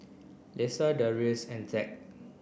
Lesa Darius and Zack